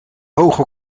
hoge